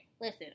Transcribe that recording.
Listen